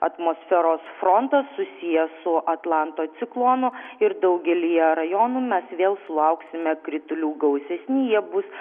atmosferos frontas susijęs su atlanto ciklonu ir daugelyje rajonų mes vėl sulauksime kritulių gausesni jie bus